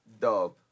dub